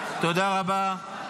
תודה רבה.